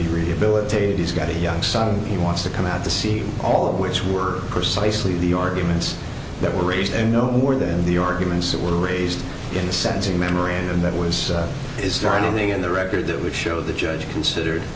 be rehabilitated he's got a young son he wants to come out to see all of which were precisely the arguments that were raised and no more than the arguments that were raised in the sentencing memorandum that was is there anything in the record that would show the judge considered